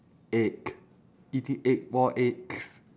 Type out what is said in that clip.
egg eating egg raw eggs